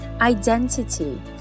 identity